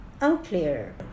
unclear